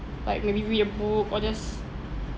like maybe read a book or just